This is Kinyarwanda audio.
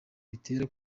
bitera